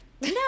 No